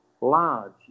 large